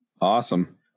Awesome